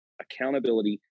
accountability